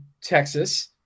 Texas